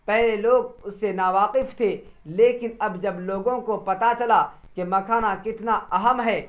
پہلے لوگ اس سے ناواقف تھے لیکن اب جب لوگوں کو پتا چلا کہ مکھانا کتنا اہم ہے